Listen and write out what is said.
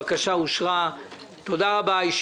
הצבעה בעד פה אחד בקשת מבקר המדינה להארכת המועד